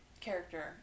character